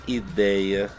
ideia